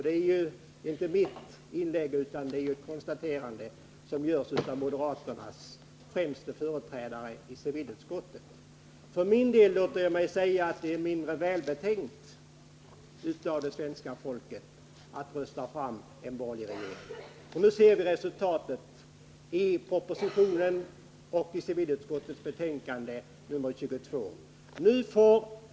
Det är alltså inte mitt konstaterande, utan ett konstaterande av moderaternas främste företrädare i civilutskottet. Jag har däremot sagt att det är mindre välbetänkt av det svenska folket att rösta fram en borgerlig regering. Nu ser vi resultatet.